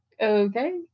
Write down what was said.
okay